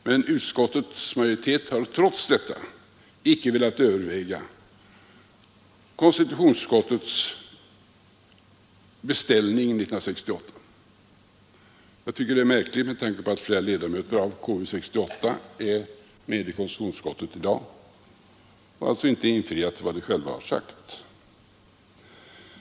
Men utskottets majoritet har trots detta icke velat överväga konstitutionsutskottets beställning 1968. Jag tycker det är märkligt med tanke på att flera ledamöter av KU 1968 är med i konstitutionsutskottet i dag och alltså inte infriat vad de själva har sagt.